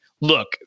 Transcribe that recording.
look